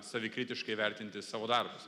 savikritiškai vertinti savo darbus